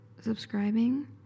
subscribing